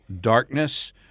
darkness—